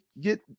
get